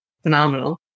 phenomenal